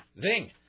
zing